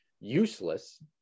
useless